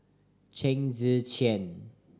Chen Tze Chien